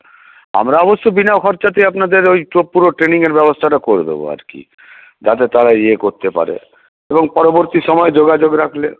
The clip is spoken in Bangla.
আমরা অবশ্য বিনা খরচাতেই আপনাদের ওই পুরো ট্রেইনিংয়ের ব্যবস্থাটা করে দেবো আর কি যাতে তারা ইয়ে করতে পারে এবং পরবর্তী সময় যোগাযোগ রাখলে